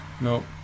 Nope